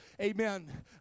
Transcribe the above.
Amen